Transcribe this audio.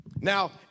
Now